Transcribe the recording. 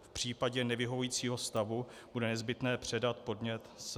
V případě nevyhovujícího stavu bude nezbytné předat podnět SZPI.